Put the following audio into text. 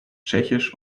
tschechisch